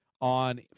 on